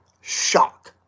shock